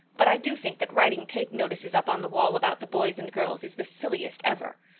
but i do think that writing take-notices up on the wall about the boys and girls is the silliest ever.